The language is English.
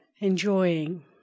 enjoying